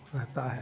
رہتا ہے